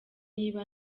niba